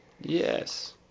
Yes